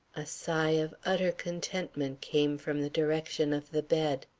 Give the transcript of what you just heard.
a sigh of utter contentment came from the direction of the bed.